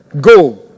Go